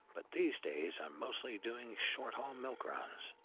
but these days i'm mostly doing short haul milk runs,